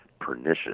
pernicious